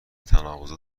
تناقضات